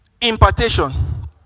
impartation